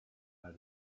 how